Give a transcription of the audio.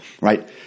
right